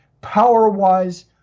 power-wise